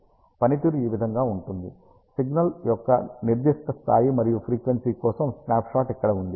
పనితీరు ఈ విధముగా ఉంది సిగ్నల్స్ యొక్క నిర్దిష్ట స్థాయి మరియు ఫ్రీక్వెన్సీ కోసం స్నాప్షాట్ ఇక్కడ ఉంది